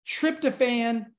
tryptophan